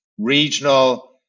regional